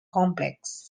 complex